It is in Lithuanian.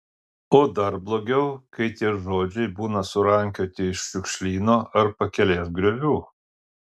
o dar blogiau kai tie žodžiai būna surankioti iš šiukšlyno ar pakelės griovių